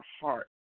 heart